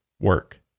work